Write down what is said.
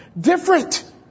Different